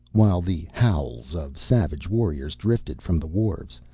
while the howls of savage warriors drifted from the wharfs,